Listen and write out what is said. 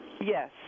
Yes